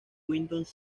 windows